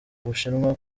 bushinwa